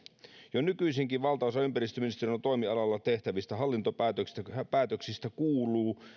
jo nykyisinkin valtaosa ympäristöministeriön toimialalla tehtävistä hallintopäätöksistä kuuluu